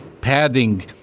padding